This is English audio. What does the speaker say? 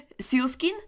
sealskin